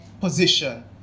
position